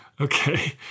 Okay